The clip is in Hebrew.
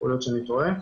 יכול להיות שאני טועה.